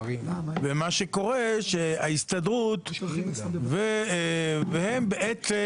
ומה שקורה הוא שההסתדרות והם בעצם